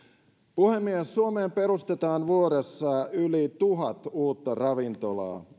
puhemies suomeen perustetaan vuodessa yli tuhat uutta ravintolaa